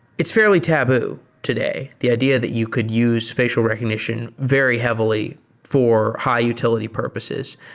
it's fairly taboo today, the idea that you could use facial recognition very heavily for high utility purposes.